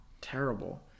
terrible